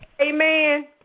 amen